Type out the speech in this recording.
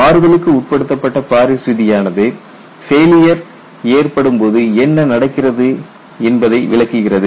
மாறுதலுக்கு உட்படுத்தப்பட்ட பாரிஸ் விதியானது ஃபெயிலியர் ஏற்படும்போது என்ன நடக்கிறது என்பதை விளக்குகிறது